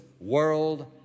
world